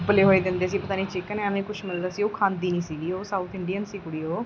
ਉਬਲੇ ਹੋਏ ਦਿੰਦੇ ਸੀ ਪਤਾ ਨਹੀਂ ਚਿਕਨ ਐਵੇਂ ਕੁਛ ਮਿਲਦਾ ਸੀ ਉਹ ਖਾਂਦੀ ਨਹੀਂ ਸੀਗੀ ਉਹ ਸਾਊਥ ਇੰਡੀਅਨ ਸੀ ਕੁੜੀ ਉਹ